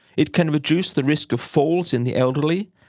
it can reduce the risk of falls in the elderly,